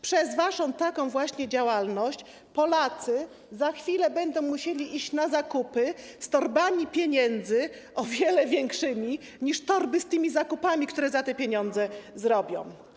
Przez taką właśnie działalność Polacy za chwilę będą musieli iść na zakupy z torbami pieniędzy o wiele większymi niż torby z zakupami, które za te pieniądze zrobią.